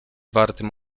wartym